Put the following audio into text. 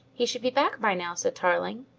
he should be back by now, said tarling.